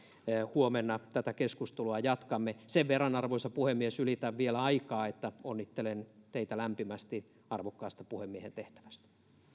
huomenna tätä keskustelua jatkamme sen verran arvoisa puhemies ylitän vielä aikaa että onnittelen teitä lämpimästi arvokkaasta puhemiehen tehtävästä